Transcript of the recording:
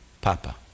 Papa